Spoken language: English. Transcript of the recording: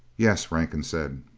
yes, rankin said.